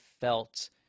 felt